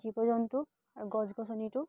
জীৱ জন্তু আৰু গছ গছনিতো